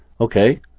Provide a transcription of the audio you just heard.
okay